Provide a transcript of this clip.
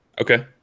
Okay